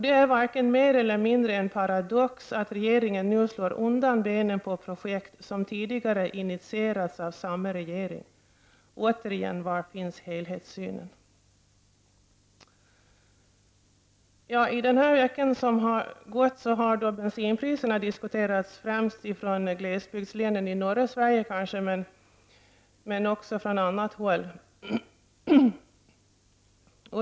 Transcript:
Det är varken mer eller mindre är en paradox att regeringen nu slår undan benen på projekt som tidigare initierats av samma regering. Återigen -- var finns helhetssynen? Under den gångna veckan har bensinpriserna diskuterats främst från glesbygdslänen i norra Sverige men också från annat håll.